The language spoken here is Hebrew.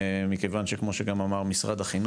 מכיוון שכמו שגם אמר משרד החינוך,